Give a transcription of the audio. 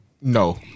No